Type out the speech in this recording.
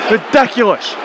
Ridiculous